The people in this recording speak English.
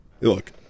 Look